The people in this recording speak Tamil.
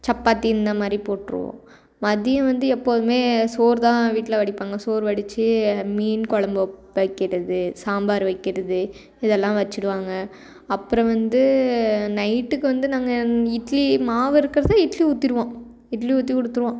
சப்பாத்தி இந்த மாதிரி போட்டிருவோம் மதியம் வந்து எப்போதுமே சோறு தான் வீட்டில வடிப்பாங்க சோறு வடித்து மீன் கொழம்பு வப் வைக்கிறது சாம்பார் வைக்கிறது இதெல்லாம் வச்சிடுவாங்க அப்புறம் வந்து நைட்டுக்கு வந்து நாங்கள் இட்லி மாவு இருக்கிறது இட்லி ஊற்றிடுவோம் இட்லி ஊற்றி கொடுத்துருவோம்